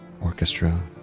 orchestra